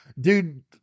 dude